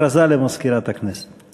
הכרזה למזכירת הכנסת.